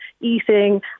eating